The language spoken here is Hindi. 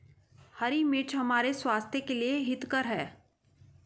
हरी मिर्च हमारे स्वास्थ्य के लिए हितकर हैं